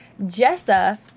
Jessa